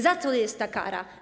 Za co jest ta kara?